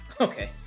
Okay